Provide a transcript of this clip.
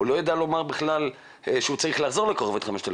הוא לא ידע לומר בכלל שהוא צריך לחזור ל-5400*.